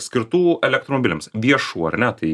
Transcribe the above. skirtų elektromobiliams viešų ar ne tai